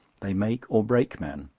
they make or break men.